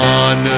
on